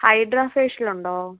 hydrafacial ഉണ്ടോ